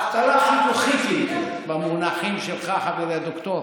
אבטלה חיכוכית היא, במונחים שלך, חברי הדוקטור,